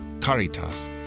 caritas